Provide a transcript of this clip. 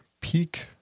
peak